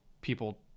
people